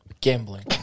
gambling